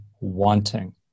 wanting